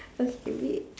first to read